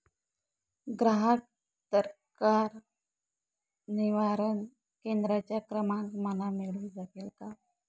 ग्राहक तक्रार निवारण केंद्राचा क्रमांक मला मिळू शकेल का?